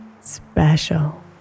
special